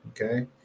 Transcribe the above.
okay